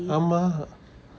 ஆமா:ama